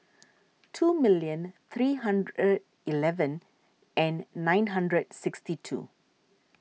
two million three hundred eleven and nine hundred sixty two